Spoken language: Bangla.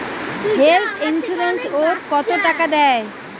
হেল্থ ইন্সুরেন্স ওত কত টাকা দেয়?